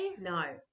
no